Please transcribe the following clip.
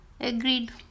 agreed